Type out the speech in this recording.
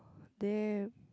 damn